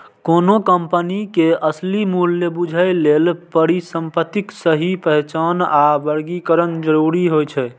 कोनो कंपनी के असली मूल्य बूझय लेल परिसंपत्तिक सही पहचान आ वर्गीकरण जरूरी होइ छै